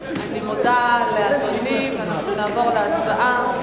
אני מודה לאדוני, ואנחנו נעבור להצבעה.